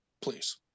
please